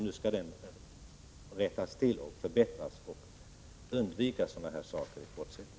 Nu skall denna beredskap tydligen förbättras, så att man kan undvika sådana här saker i fortsättningen.